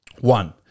One